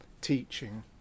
teaching